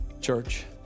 church